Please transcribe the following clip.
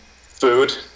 Food